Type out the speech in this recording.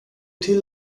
till